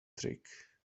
trick